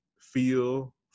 feel